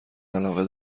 علاقه